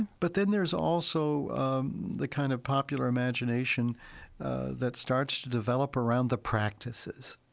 but then there's also um the kind of popular imagination that starts to develop around the practices.